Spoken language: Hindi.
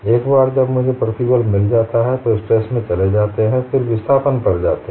एक बार जब मुझे प्रतिबल मिल जाता है तो स्ट्रेस में चले जाते हैं फिर विस्थापन पर जाते हैं